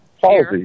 Palsy